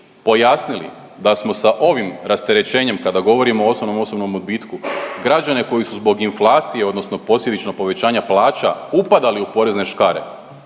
pojasnili da smo sa ovim rasterećenjem kada govorimo o osobnom osnovnom odbitku građane koji su zbog inflacije odnosno posljedično povećanja plaća upadali u porezne škare,